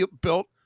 built